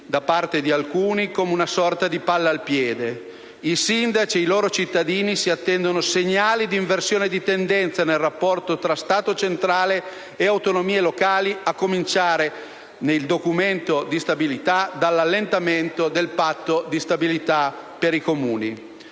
da parte di alcuni come una sorta di palla al piede. I sindaci e i loro cittadini si attendono segnali di inversione di tendenza nel rapporto tra Stato centrale e autonomie locali, a cominciare, nel documento di stabilità, dall'allentamento del Patto di stabilità per i Comuni.